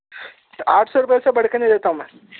تو آٹھ سو روپئے سے بڑھ کے نہیں دیتا ہو میں